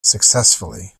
successfully